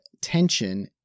tension